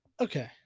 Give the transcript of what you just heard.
Okay